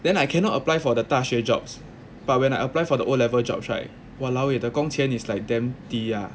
then I cannot apply for the 大学 jobs but when I apply for the O level jobs right !walao! eh the 工钱 is like them 低 ah